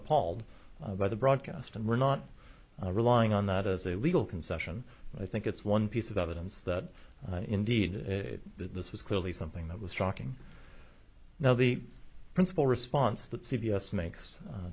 appalled by the broadcast and we're not relying on that as a legal concession i think it's one piece of evidence that indeed this was clearly something that was shocking now the principle response that c b s makes a